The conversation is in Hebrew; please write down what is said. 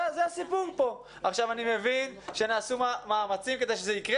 אני מבין שנעשו מאמצים כדי שזה יקרה